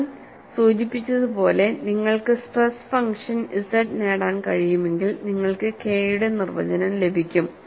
ഞാൻ സൂചിപ്പിച്ചതുപോലെ നിങ്ങൾക്ക് സ്ട്രെസ് ഫംഗ്ഷൻ Z നേടാൻ കഴിയുമെങ്കിൽ നിങ്ങൾക്ക് കെ യുടെ നിർവചനം ലഭിക്കും